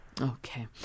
Okay